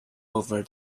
over